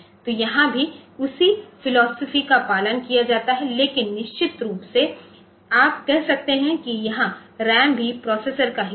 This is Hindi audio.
तो यहाँ भी उसी फिलॉसफी का पालन किया जाता है लेकिन निश्चित रूप से आप कह सकते हैं कियहाँ रैम भी प्रोसेसर का हिस्सा है